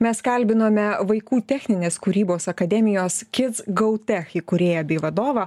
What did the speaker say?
mes kalbinome vaikų techninės kūrybos akademijos kits gau tech įkūrėją bei vadovą